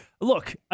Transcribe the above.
look